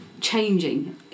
changing